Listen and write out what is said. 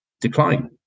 decline